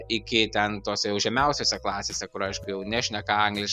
iki ten tos jau žemiausiose klasėse kur aišku jau nešneka angliš